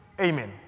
Amen